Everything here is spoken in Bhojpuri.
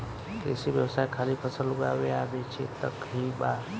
कृषि व्यवसाय खाली फसल उगावे आ बेचे तक ही बा